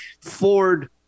Ford